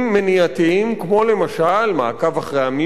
כמו למשל מעקב אחרי המימון,